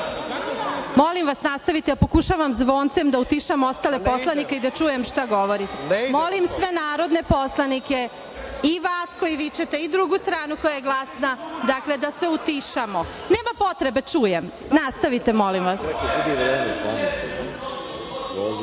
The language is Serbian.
Molim vas nastavite. Pokušavam zvoncem da utišam ostale poslanike i da čujem šta govorite.(Narodni poslanici dobacuju.)Molim sve narodne poslanike i vas koji vičete i drugu stranu koja je glasna, da se utišamo. Nema potrebe. Čujem. Nastavite molim vas.